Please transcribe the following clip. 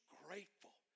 grateful